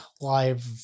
live